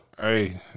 Hey